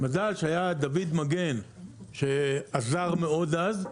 מזל שהיה דוד מגן שעזר מאוד אז,